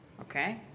okay